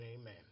amen